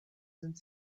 sind